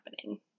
happening